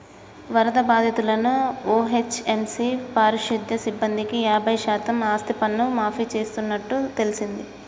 వరద బాధితులను ఓ.హెచ్.ఎం.సి పారిశుద్య సిబ్బందికి యాబై శాతం ఆస్తిపన్ను మాఫీ చేస్తున్నట్టు తెల్సింది